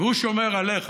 והוא שומר עליך.